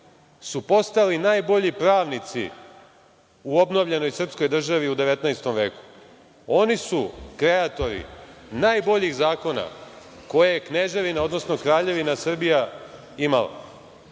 su postali najbolji pravnici u obnovljenoj srpskoj državi u 19. veku. Oni su kreatori najboljih zakona koje je kneževina, odnosno Kraljevina Srbija imala.